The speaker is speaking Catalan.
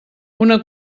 una